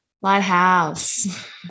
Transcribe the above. lighthouse